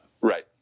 Right